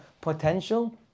potential